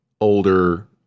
older